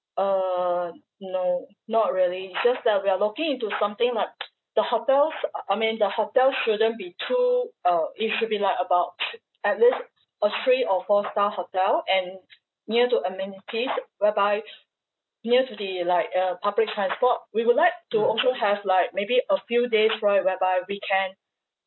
uh no not really it's just that we are looking into something like the hotels uh I mean the hotel shouldn't be too uh it should be like about at least a three or four star hotel and near to amenities whereby near to the like uh public transport we would like to also have like maybe a few days right whereby we can